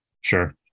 sure